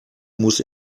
muss